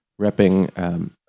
repping